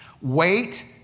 Wait